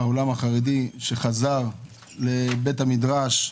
העולם החרדי שחזר לבית המדרש.